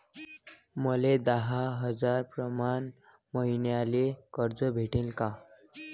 मले दहा हजार प्रमाण मईन्याले कर्ज भेटन का?